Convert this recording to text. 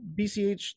BCH